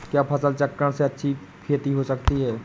क्या फसल चक्रण से अच्छी खेती हो सकती है?